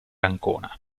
ancona